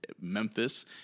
Memphis